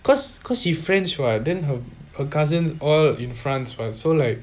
cause cause you friends what then her her cousins all in france [what] so like